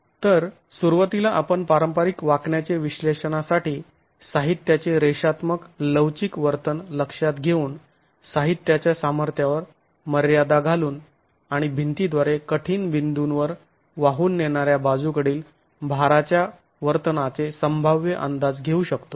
तर सुरुवातीला आपण पारंपारिक वाकण्याचे विश्लेषणासाठी साहित्याचे रेषात्मक लवचिक वर्तन लक्षात घेऊन साहित्याच्या सामर्थ्यावर मर्यादा घालून आणि भिंतीद्वारे कठीण बिंदूंवर वाहून नेणार्या बाजूकडील भाराच्या वर्तनाचे संभाव्य अंदाज घेऊ शकतो